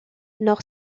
nord